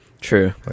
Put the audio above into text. True